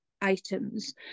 items